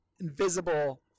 invisible